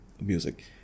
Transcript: music